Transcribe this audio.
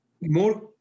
more